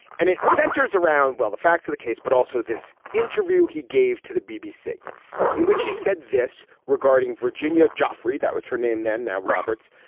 and it centers around while the facts of the case. but also this interview he gave to the bbc in which he said this regarding virginia joffre, that was her name then. now roberts,